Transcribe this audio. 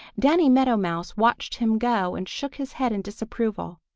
danny meadow mouse watched him go and shook his head in disapproval.